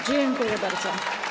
Dziękuję bardzo.